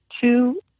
two